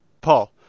Paul